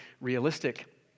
realistic